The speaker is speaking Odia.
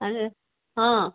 ଆରେ ହଁ